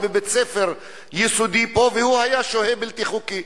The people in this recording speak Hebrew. בבית-ספר יסודי פה והוא היה שוהה בלתי חוקי.